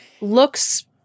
looks